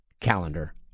calendar